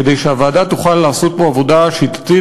כדי שהוועדה תוכל לעשות פה עבודה שיטתית,